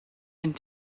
and